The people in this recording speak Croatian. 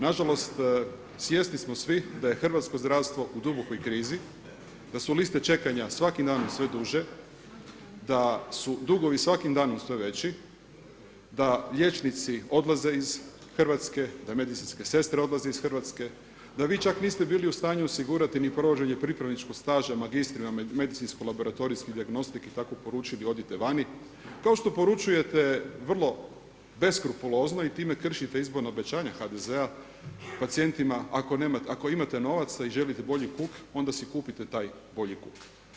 Na žalost svjesni smo svi da je hrvatsko zdravstvo u dubokoj krizi, da su liste čekanja svakim danom sve duže, da su dugovi svakim danom sve veći, da liječnici odlaze iz Hrvatske, da medicinske sestre odlaze iz Hrvatske, da vi čak niste bili u stanju osigurati ni provođenje pripravničkog staža magistri na medicinsko-laboratorijskoj dijagnostici i tako poručili odite vani kao što poručujete vrlo beskrupulozno i time kršite izborna obećanja HDZ-a pacijentima ako imate novaca i želite bolji kuk onda si kupite taj bolji kuk.